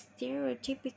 stereotypical